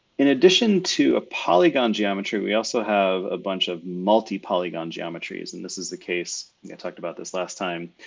in addition to a polygon geometry, we also have a bunch of multi polygon geometries. and this is the case i talked about this last time.